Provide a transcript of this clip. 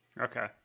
Okay